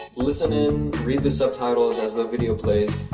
listen in, read the sub-titles as the video plays,